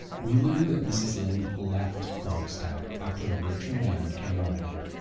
we learn that mrs linde left krogstad after a richer man came around.